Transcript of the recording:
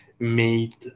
made